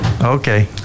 Okay